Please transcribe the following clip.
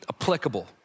applicable